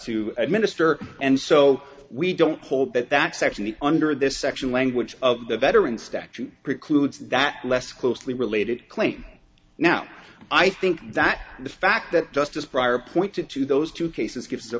to administer and so we don't hold that that's actually under this section language of the veterans statute precludes that less closely related claim now i think that the fact that justice prior pointed to those two cases gives a